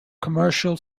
commercial